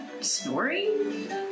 snoring